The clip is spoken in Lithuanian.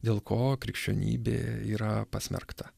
dėl ko krikščionybė yra pasmerkta